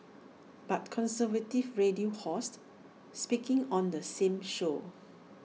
but conservative radio host speaking on the same show